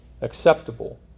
acceptable